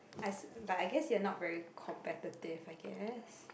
I s~ but I guess you're not very competitive I guess